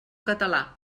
català